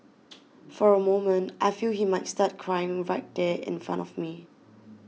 for a moment I feel he might start crying right there in front of me